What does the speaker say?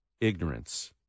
ignorance